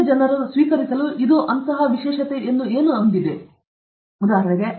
ಇತರ ಜನರು ಸ್ವೀಕರಿಸಲು ಹೊಂದಿವೆ ಎಲ್ಲಾ ನಂತರ ನಾವು ಒಂದು ಸಮಾಜದಲ್ಲಿ ವಾಸಿಸುತ್ತಿದ್ದಾರೆ ಮತ್ತು ಹೀಗೆ